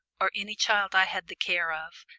or any child i had the care of,